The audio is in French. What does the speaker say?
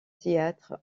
théâtre